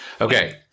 Okay